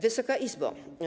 Wysoka Izbo!